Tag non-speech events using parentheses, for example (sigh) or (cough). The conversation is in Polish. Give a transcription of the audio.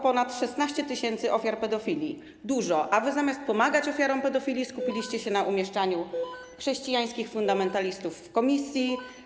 Ponad 16 tys. ofiar pedofilii to dużo, a wy, zamiast pomagać ofiarom pedofilii, (noise) skupiliście się na umieszczaniu chrześcijańskich fundamentalistów w komisji.